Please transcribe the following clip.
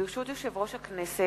ברשות יושב-ראש הכנסת,